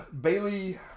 Bailey